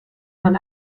man